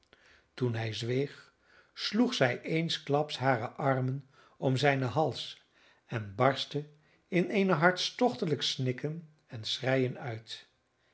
toen hij zweeg sloeg zij eensklaps hare armen om zijnen hals en barstte in een hartstochtelijk snikken en schreien uit